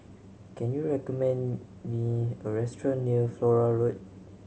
can you recommend me a restaurant near Flora Road